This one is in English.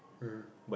mmhmm